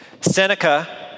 Seneca